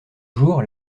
jours